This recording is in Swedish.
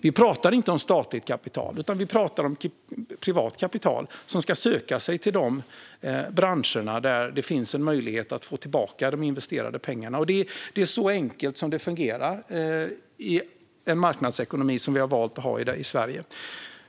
Vi pratar inte om statligt kapital utan om privat kapital som ska söka sig till de branscher där det finns möjlighet att få tillbaka de investerade pengarna. Det är så enkelt det fungerar i en marknadsekonomi som den vi har valt att ha i Sverige.